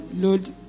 lord